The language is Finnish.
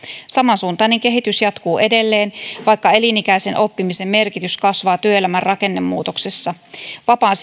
samansuuntainen kehitys jatkuu edelleen vaikka elinikäisen oppimisen merkitys kasvaa työelämän rakennemuutoksessa vapaan